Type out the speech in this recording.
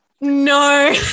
No